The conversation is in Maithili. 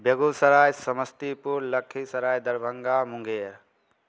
बेगूसराय समस्तीपुर लखीसराय दरभंगा मुंगेर